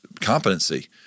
competency